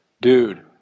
Dude